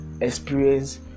experience